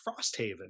Frosthaven